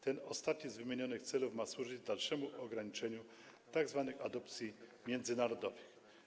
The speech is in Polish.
Ten ostatni z wymienionych celów ma służyć dalszemu ograniczeniu tzw. adopcji międzynarodowych.